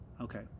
Okay